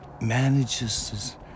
manages